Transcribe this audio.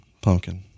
Pumpkin